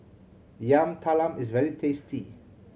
Yam Talam is very tasty